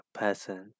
person